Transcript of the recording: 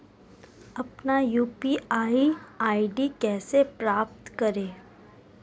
अपना UPI ID कैसे प्राप्त करें?